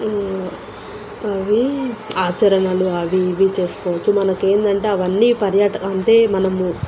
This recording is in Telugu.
అవి ఆచరణలు అవి ఇవి చేసుకోవచ్చు మనక ఏంటంటే అవన్నీ పర్యాటకం అంటే మనము